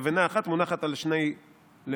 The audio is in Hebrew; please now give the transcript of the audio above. לבנה אחת מונחות על שתי לבנים,